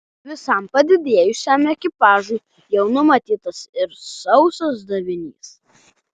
visam padidėjusiam ekipažui jau numatytas ir sausas davinys